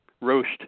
roast